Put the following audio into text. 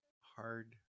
hard